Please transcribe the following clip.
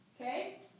Okay